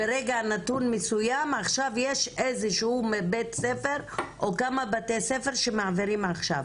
ברגע נתון מסוים יש עכשיו בית ספר או כמה בתי ספר שמעבירים עכשיו,